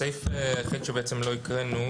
הסעיף היחיד שבעצם לא הקראנו,